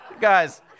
guys